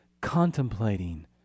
contemplating